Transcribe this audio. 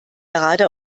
gerade